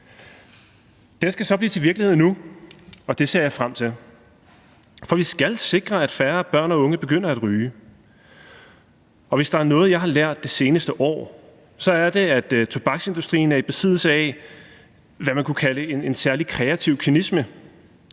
Den skal så blive til virkelighed nu, og det ser jeg frem til. For vi skal sikre, at færre børn og unge begynder at ryge, og hvis der er noget, jeg har lært det seneste år, er det, at tobaksindustrien er i besiddelse af, hvad man kunne kalde en særlig kreativ kynisme.